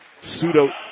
pseudo